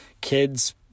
Kid's